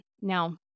Now